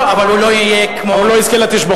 אבל הוא לא יהיה כמו ליצמן.